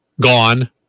gone